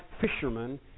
fishermen